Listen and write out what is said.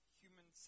human